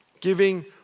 Giving